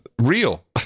real